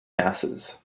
gases